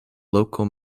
local